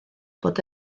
bod